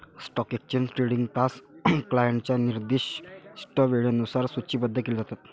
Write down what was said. stock exchange trading तास क्लायंटच्या निर्दिष्ट वेळेनुसार सूचीबद्ध केले जातात